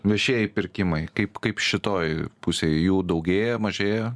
viešieji pirkimai kaip kaip šitoj pusėj jų daugėja mažėja